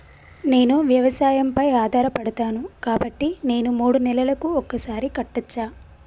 నేను వ్యవసాయం పై ఆధారపడతాను కాబట్టి నేను మూడు నెలలకు ఒక్కసారి కట్టచ్చా?